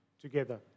together